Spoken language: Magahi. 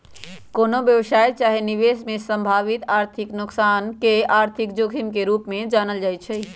कोनो व्यवसाय चाहे निवेश में संभावित आर्थिक नोकसान के आर्थिक जोखिम के रूप में जानल जाइ छइ